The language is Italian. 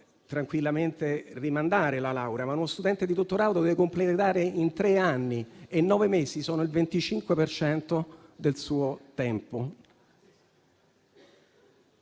tranquillamente rimandare la laurea, ma un dottorando deve completare in tre anni, e nove mesi sono il 25 per cento del suo tempo.